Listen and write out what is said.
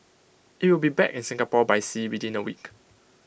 IT will be back in Singapore by sea within A week